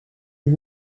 you